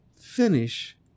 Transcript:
finish